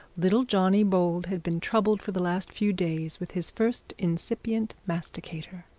little johnny bold had been troubled for the last few days with his first incipient masticator,